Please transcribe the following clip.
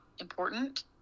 important